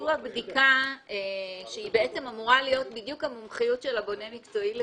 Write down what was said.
ביצוע הבדיקה שאמורה להיות בדיוק המומחיות של הבונה המקצועי לפיגומים,